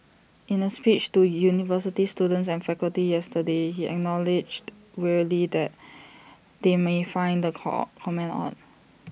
in A speech to university students and faculty yesterday he acknowledged wryly that they may find the core comment odd